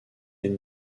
end